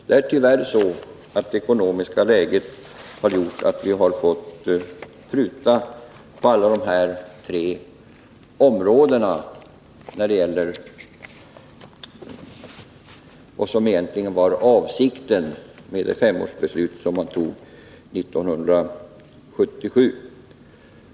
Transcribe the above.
Det ekonomiska läget har tyvärr gjort att vi måst pruta på alla de här tre områdena inom försvaret jämfört med vad som egentligen var avsikten med det femårsbeslut som riksdagen fattade 1977.